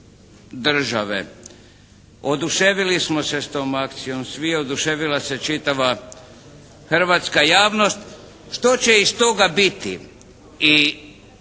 države. Oduševili smo se s tom akcijom svi, oduševila se čitava hrvatska javnost. Što će iz toga biti